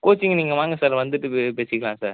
coaching நீங்கள் வாங்க sir வந்துட்டு பேசிக்கலாம் சார்